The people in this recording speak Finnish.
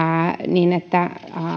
niin että